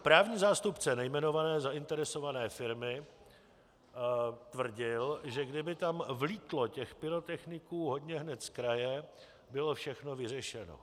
Právní zástupce nejmenované zainteresované firmy tvrdil, že kdyby tam vlítlo těch pyrotechniků hodně hned zkraje, bylo všechno vyřešeno.